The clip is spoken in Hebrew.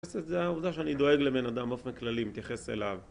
זה העובדה שאני דואג לבן אדם אופן כללי, מתייחס אליו,